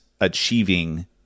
achieving